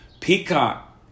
Peacock